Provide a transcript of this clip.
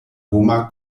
homa